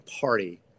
Party